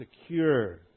secure